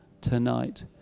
tonight